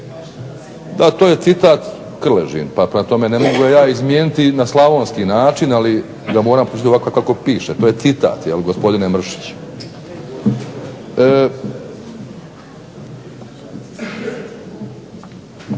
Da to je citat Krležin, pa prema tome ne mogu ga ja izmijeniti na slavonski način. Ali ga moram pročitati ovako kako piše. To je citat, jel' gospodine Mršiću.